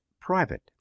Private